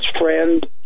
friend